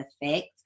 effect